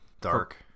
Dark